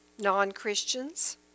non-Christians